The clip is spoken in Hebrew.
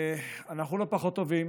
אנחנו לא פחות טובים